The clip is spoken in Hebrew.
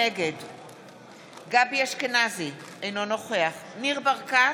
נגד גבי אשכנזי, אינו נוכח ניר ברקת,